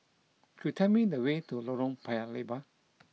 could you tell me the way to Lorong Paya Lebar